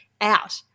out